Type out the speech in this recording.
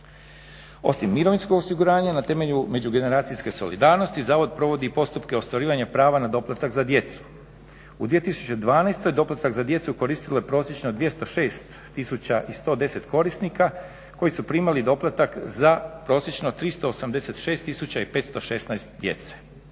Osim mirovinskog osiguranja na temelju međugeneracijske solidarnosti zavod provodi postupke ostvarivanja prava na doplatak za djecu. U 2012.doplatak za djecu koristilo je prosječno 216 tisuća i 110 korisnika koji su primali doplatak za prosječno 386 tisuća